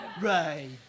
Right